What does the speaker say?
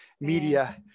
media